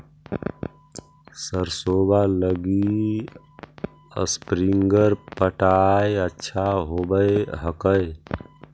सरसोबा लगी स्प्रिंगर पटाय अच्छा होबै हकैय?